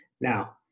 Now